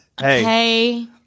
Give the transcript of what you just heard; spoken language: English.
Hey